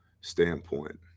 standpoint